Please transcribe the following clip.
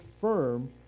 firm